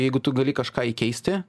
jeigu tu gali kažką įkeisti